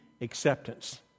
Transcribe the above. acceptance